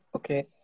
Okay